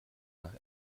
nach